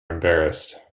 embarrassed